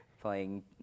playing